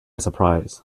surprise